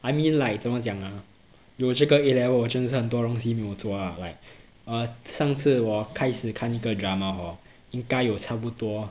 I mean like 怎么讲啊有这个 A level 我真的是很多东西没有做啊 like uh 上次我开始一个 drama hor 应该有差不多